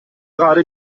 gerade